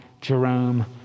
Jerome